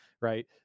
right